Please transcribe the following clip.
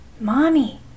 Mommy